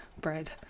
bread